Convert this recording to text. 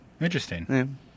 Interesting